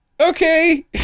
Okay